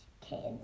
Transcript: kids